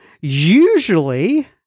usually